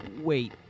Wait